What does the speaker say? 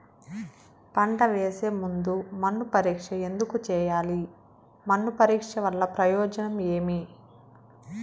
పంట వేసే ముందు మన్ను పరీక్ష ఎందుకు చేయాలి? మన్ను పరీక్ష వల్ల ప్రయోజనం ఏమి?